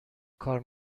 کار